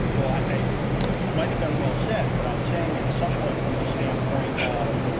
well, i might have been well said, but i'm saying it somewhat from the standpoint of.